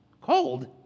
Cold